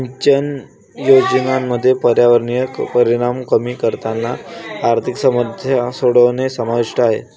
सिंचन योजनांमध्ये पर्यावरणीय परिणाम कमी करताना आर्थिक समस्या सोडवणे समाविष्ट आहे